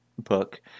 book